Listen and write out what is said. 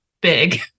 big